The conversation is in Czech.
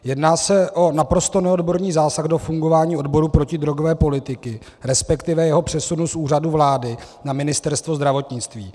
Jedná se o naprosto neodborný zásah do fungování odboru protidrogové politiky, resp. jeho přesunu z Úřadu vlády na Ministerstvo zdravotnictví.